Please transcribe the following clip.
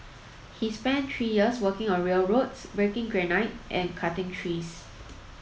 he spent three years working on railroads breaking granite and cutting trees